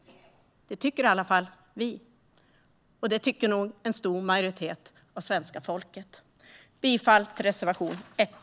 Det tycker i alla fall vi. Det tycker nog en stor majoritet av svenska folket också. Jag yrkar bifall till reservation 1.